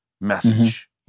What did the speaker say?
message